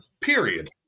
period